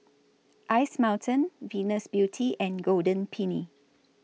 Ice Mountain Venus Beauty and Golden Peony